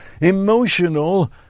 emotional